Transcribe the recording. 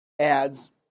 ads